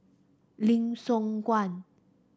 Lim Siong Guan